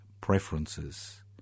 preferences